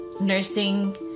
nursing